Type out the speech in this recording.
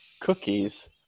cookies